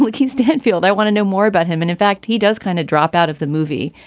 but keith stanfield, i want to know more about him. and in fact, he does kind of drop out of the movie.